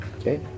Okay